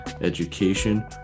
education